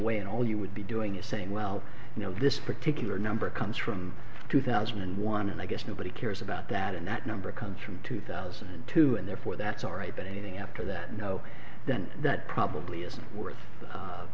way and all you would be doing is saying well you know this particular number comes from two thousand and one and i guess nobody cares about that and that number comes from two thousand and two and therefore that's all right but anything after that no then that probably isn't worth